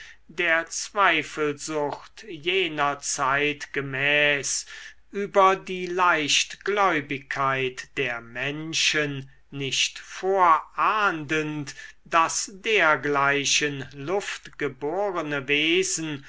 der zweifelsucht jener zeit gemäß über die leichtgläubigkeit der menschen nicht vorahndend daß dergleichen luftgeborene wesen